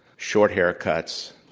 short haircuts,